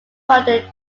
founder